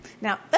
Now